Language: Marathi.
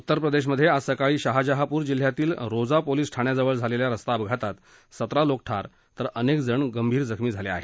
उत्तर प्रदेशमधे आज सकाळी शाहजहांपूर जिल्ह्यातील रोजा पोलिस ठाण्याजवळ झालेल्या रस्ता अपघातात सतरा लोक ठार तर अनेक जण जखमी झाले आहेत